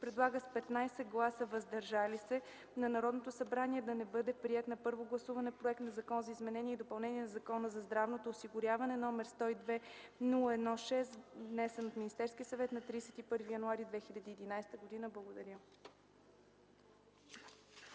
предлага с 15 гласа „въздържали се” на Народното събрание да не бъде приет на първо гласуване проект на Закон за изменение и допълнение на Закона за здравното осигуряване, № 102-01-6, внесен Министерския съвет на 31.01.2011 г.” Благодаря.